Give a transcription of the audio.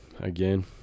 again